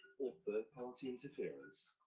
or third-party interference.